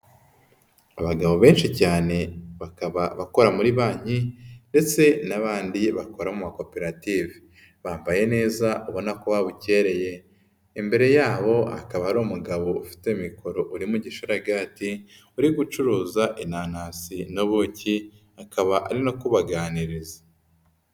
Abagabo benshi cyane abakora muri banki ndetse n'abandi bakora mu makoperative, bambaye neza ubona ko babukereye, imbere yabo hakaba hari umugabo ufite mikoro uri mu gishoraraga uri gucuruza inanasi n'ubuki, akaba ari kubaganiriza.